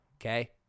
Okay